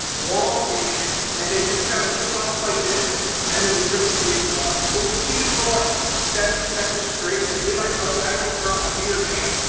elongated, and they just kinda took off like this and then we couldn't see it anymore. but we seen it for like seven seconds straight, and me and my cousin, i almost dropped my beer man,